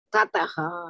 Tataha